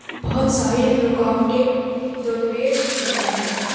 بہت سارے رکاوٹیں درپیش ہوتی ہیں